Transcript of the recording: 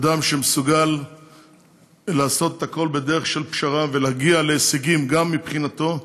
אדם שמסוגל לעשות הכול בדרך של פשרה ולהגיע להישגים גם מבחינתו,